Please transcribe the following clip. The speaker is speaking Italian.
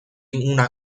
una